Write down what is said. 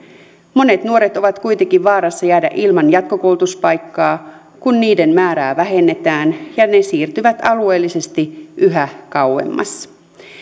monet nuoret ovat kuitenkin vaarassa jäädä ilman jatkokoulutuspaikkaa kun niiden määrää vähennetään ja ne siirtyvät alueellisesti yhä kauemmas